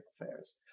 affairs